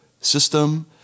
system